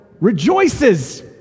rejoices